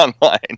online